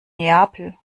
neapel